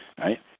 right